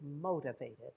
motivated